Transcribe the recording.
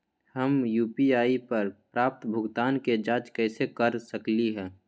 हम यू.पी.आई पर प्राप्त भुगतान के जाँच कैसे कर सकली ह?